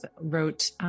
wrote